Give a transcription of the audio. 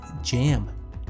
jam